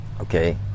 Okay